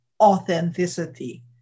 authenticity